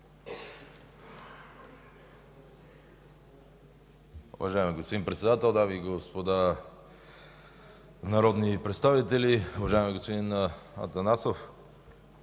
Уважаема госпожо Председател, дами и господа народни представители, уважаеми господин Димитров!